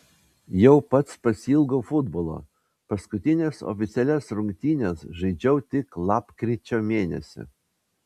jau pats pasiilgau futbolo paskutines oficialias rungtynes žaidžiau tik lapkričio mėnesį